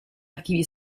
archivi